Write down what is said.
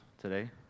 today